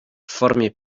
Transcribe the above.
formie